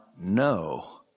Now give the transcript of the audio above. no